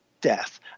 death